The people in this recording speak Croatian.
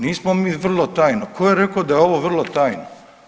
Nismo mi vrlo tajno, tko je rekao da je ovo vrlo tajno?